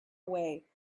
away